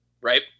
right